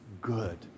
good